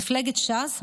מפלגת ש"ס,